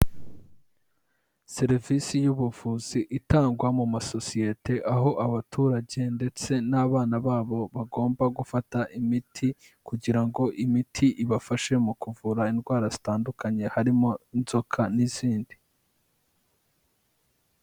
Serivisi y'ubuvuzi itangwa mu masosiyete aho abaturage ndetse n'abana babo bagomba gufata imiti, kugira ngo imiti ibafashe mu kuvura indwara zitandukanye harimo inzoka n'izindi.